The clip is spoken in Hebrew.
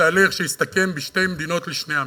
לתהליך שיסתכם בשתי מדינות לשני עמים.